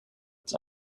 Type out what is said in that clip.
its